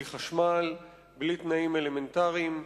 בלי חשמל, בלי תנאים אלמנטריים.